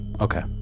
okay